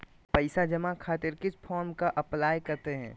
पैसा जमा खातिर किस फॉर्म का अप्लाई करते हैं?